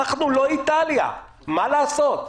אנחנו לא איטליה, מה לעשות.